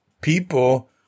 people